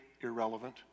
irrelevant